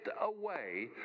away